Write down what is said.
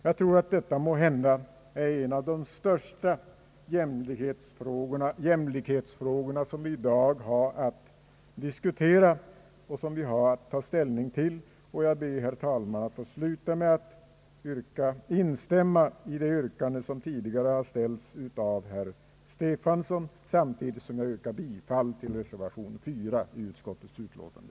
Detta är måhända en av de största jämlikhetsfrågor som vi i dag har att diskutera och ta ställning till. Jag ber, herr talman, att få instämma i det yrkande som tidigare har ställts av herr Stefanson, samtidigt som jag yrkar bifall till reservation 4 i utskottets utlåtande.